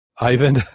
Ivan